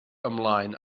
ymlaen